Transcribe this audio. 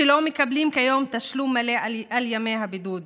שלא מקבלים כיום תשלום מלא על ימי הבידוד,